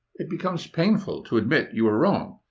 it becomes painful to admit you were wrong,